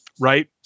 Right